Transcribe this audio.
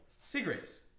cigarettes